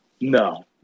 No